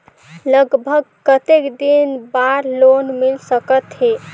लगभग कतेक दिन बार लोन मिल सकत हे?